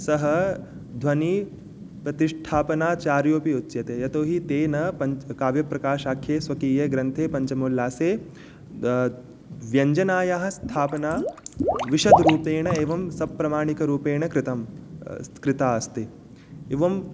सः ध्वनिप्रतिष्ठापनाचार्योऽपि उच्यते यतोहि तेन पञ् काव्यप्रकाशाख्ये स्वकीये ग्रन्थे पञ्चमोल्लासे व्यञ्जनायाः स्थापना विशद्रूपेण एवं सप्रमाणिकरूपेण कृतं कृता अस्ति एवं